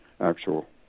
actual